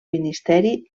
ministeri